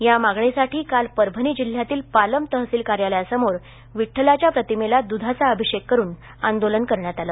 या मागणीसाठी काल परभणी जिल्ह्यातील पालम तहसील कार्यालयासमोर विठ्ठलाच्या प्रतिमेला दुधाचा अभिषेक करून आंदोलन करण्यात आलं